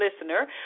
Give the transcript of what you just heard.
listener